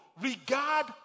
Regard